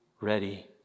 ready